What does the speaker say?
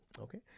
okay